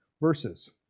verses